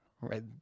right